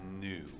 new